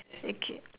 okay k